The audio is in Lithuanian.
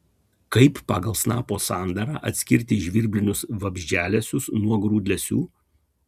kaip pagal snapo sandarą atskirti žvirblinius vabzdžialesius nuo grūdlesių